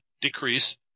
decrease